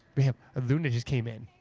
yeah ah luna just came in.